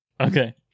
Okay